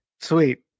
Sweet